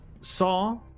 saw